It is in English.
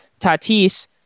Tatis